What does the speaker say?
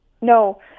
No